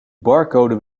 barcode